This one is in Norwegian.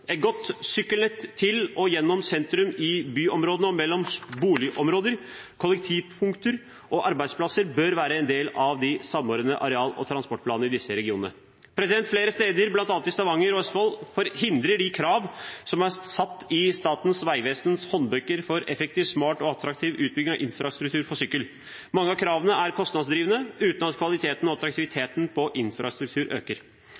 Et godt sykkelnett til og gjennom sentrum i byområdene og mellom boligområder, kollektivknutepunkter og arbeidsplasser bør være en del av de samordnede areal- og transportplaner i disse regionene. Flere steder, bl.a. i Stavanger og Østfold, hindrer de kravene som er satt i Statens vegvesens håndbøker, effektiv, smart og attraktiv utbygging av infrastruktur for sykkel. Mange av kravene er kostnadsdrivende uten at kvaliteten og attraktiviteten på infrastrukturen øker.